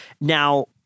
now